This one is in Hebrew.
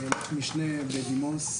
אני אלוף משנה בדימוס,